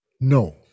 No